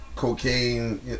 Cocaine